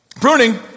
Pruning